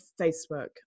Facebook